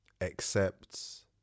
accepts